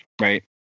right